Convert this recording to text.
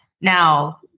Now